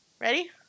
Ready